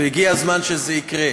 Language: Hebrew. והגיע הזמן שזה יקרה.